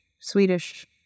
Swedish